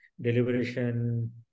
Deliberation